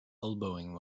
elbowing